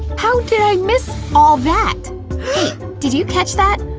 how did i miss all that! hey did you catch that?